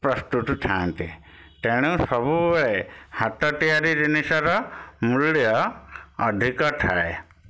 ପ୍ରସ୍ତୁତୁ ଥାନ୍ତି ତେଣୁ ସବୁବେଳେ ହାତ ତିଆରି ଜିନିଷର ମୂଲ୍ୟ ଅଧିକ ଥାଏ